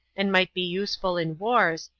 and might be useful in wars,